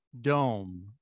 dome